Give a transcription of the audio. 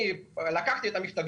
לקחתי את המכתב